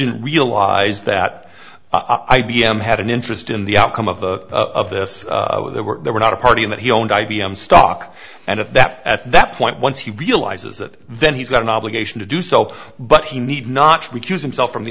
didn't realize that i b m had an interest in the outcome of of this oh there were there were not a party but he owned i b m stock and at that at that point once he realizes that then he's got an obligation to do so but he need not recuse himself from the